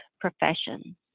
profession